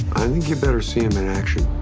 i think you better see him in action.